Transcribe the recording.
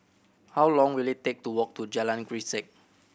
how long will it take to walk to Jalan Grisek